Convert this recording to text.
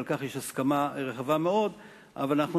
ועל כך יש הסכמה רחבה מאוד,